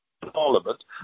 Parliament